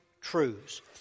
truths